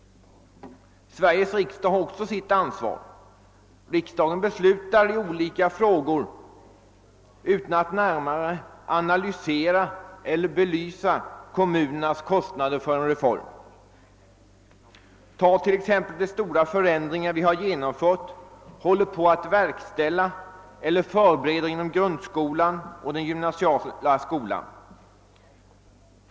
Sveriges riksdag har också sitt ansvar. Riksdagen beslutar i olika frågor utan att närmare analysera eller belysa kommunernas kostnader för en reform. Ta t.ex. de förändringar vi genomfört, håller på att verkställa eller förbereder inom grundskolan och den gymnasiala skolan.